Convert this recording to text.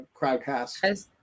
crowdcast